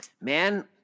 man